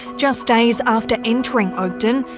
just days after entering oakden,